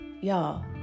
y'all